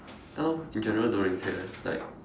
ya lor in general don't really care like